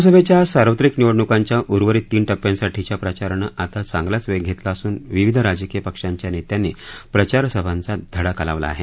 लोकसभेच्या सार्वत्रिक निवडणुकांच्या उर्वरित तीन टप्प्यांसाठीच्या प्रचारानं आता चांगलाच वेग घेतला असून विविध राजकीय पक्षाच्या नेत्यांनी प्रचारसभांचा धडाका लावला आहे